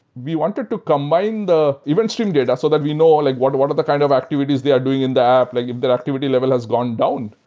we wanted to combine the event stream data so that we know like what are the kind of activities they are doing in the app, like if their activity level has gone down.